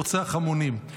רוצח המונים.